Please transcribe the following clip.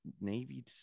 navy